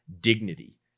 dignity